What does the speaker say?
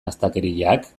astakeriak